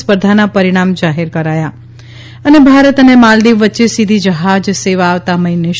સ્પર્ધાનાં પરિણામ જાહેર કરાયાં ભારત અને માલદીવ વચ્ચે સીધી જહાજ સેવા આવતા મહિને શરૂ થશે